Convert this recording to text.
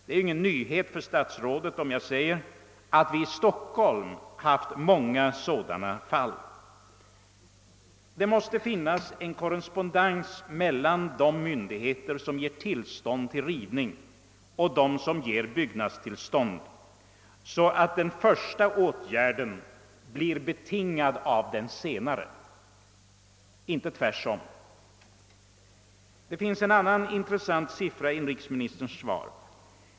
Det är ingen nyhet för statsrådet, om jag säger att vi i Stockholm har haft många sådana fall. Det måste åstadkommas bättre korrespondens mellan de myndigheter som ger tillstånd till rivning och de som ger byggnadstillstånd, så att den första åtgärden blir betingad av den senare och inte tvärtom. Det finns en annan intressant siffra i inrikesministerns svar.